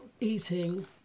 eating